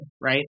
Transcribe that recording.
right